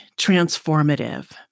transformative